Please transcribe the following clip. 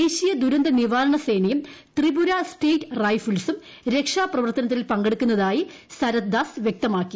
ദേശീയ ദുരന്ത നിവാരണ് സേനയും ത്രിപുര സ്റ്റേറ്റ് റൈഫിൾസും രക്ഷാപ്രവർത്തനത്തിൽ പങ്കെടുക്കുന്നതായി സരത്ദാസ് വൃക്തമാക്കി